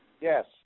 Yes